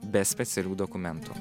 be specialių dokumentų